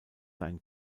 sein